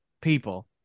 people